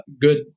good